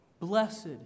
Blessed